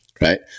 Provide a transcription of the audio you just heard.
right